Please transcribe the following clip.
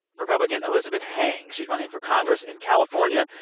republican elizabeth heng she's running for congress in california.